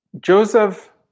Joseph